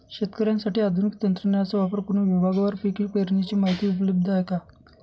शेतकऱ्यांसाठी आधुनिक तंत्रज्ञानाचा वापर करुन विभागवार पीक पेरणीची माहिती उपलब्ध आहे का?